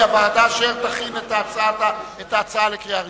הוועדה אשר תכין את ההצעה לקריאה ראשונה.